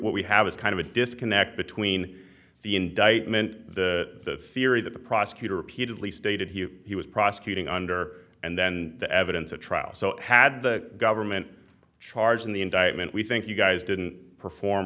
what we have is kind of a disconnect between the indictment the theory that the prosecutor repeatedly stated he was prosecuting under and then the evidence at trial so had the government charge in the indictment we think you guys didn't perform